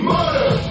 Murder